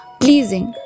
pleasing